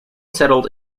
settled